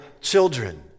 children